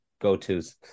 go-tos